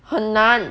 很难